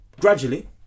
Gradually